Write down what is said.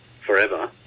forever